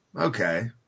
okay